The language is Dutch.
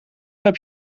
heb